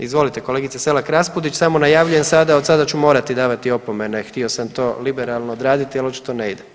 Izvolite kolegice Selak Raspudić, samo najavljujem sada, od sada ću morati davati opomene, htio sam to liberalno odraditi, ali očito ne ide.